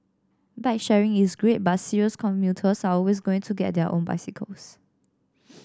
bike sharing is great but serious commuters are always going to get their own bicycles